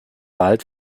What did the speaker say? wald